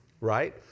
Right